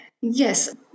Yes